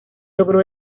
logró